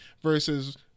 versus